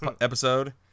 episode